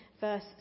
verse